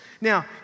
Now